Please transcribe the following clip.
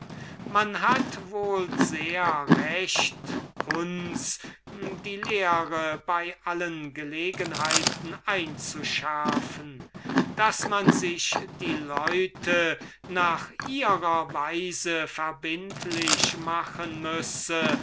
man hat wohl sehr recht uns die lehre bei allen gelegenheiten einzuschärfen daß man sich die leute nach ihrer weise verbindlich machen müsse